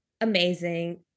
amazing